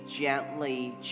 gently